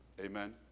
Amen